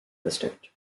district